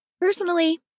Personally